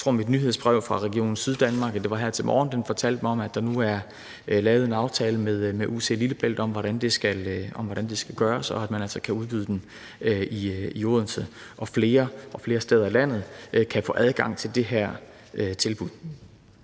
der stod i mit nyhedsbrev fra Region Syddanmark, at der nu er lavet en aftale med UCL om, hvordan det skal gøres, og at man altså kan udbyde den i bl.a. Odense, så man flere og flere steder i landet kan få adgang til det her tilbud.